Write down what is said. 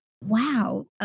Wow